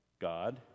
God